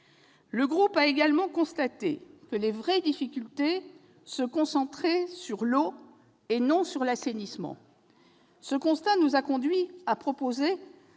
Il a aussi constaté que les vraies difficultés se concentraient sur l'eau et non sur l'assainissement. Ce constat nous a conduits à proposer